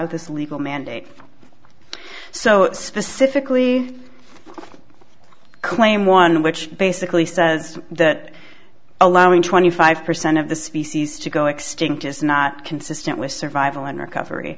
with this legal mandate so specifically claim one which basically says that allowing twenty five percent of the species to go extinct is not consistent with survival and recovery